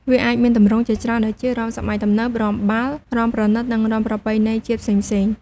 វាអាចមានទម្រង់ជាច្រើន ដូចជា រាំសម័យទំនើប រាំបាល់ រាំប្រណិត និងរាំប្រពៃណីជាតិផ្សេងៗ។